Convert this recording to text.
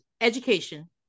education